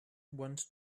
want